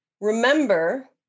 remember